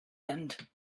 end